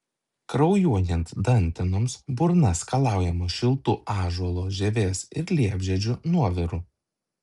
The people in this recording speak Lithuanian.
kraujuojant dantenoms burna skalaujama šiltu ąžuolo žievės ir liepžiedžių nuoviru